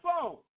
phone